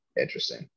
Interesting